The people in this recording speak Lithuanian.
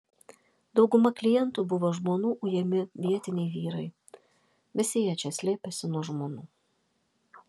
dauguma klientų buvo žmonų ujami vietiniai vyrai visi jie čia slėpėsi nuo žmonų